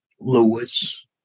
Lewis